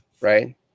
right